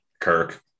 Kirk